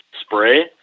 spray